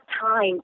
time